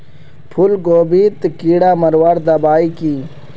फूलगोभीत कीड़ा मारवार दबाई की?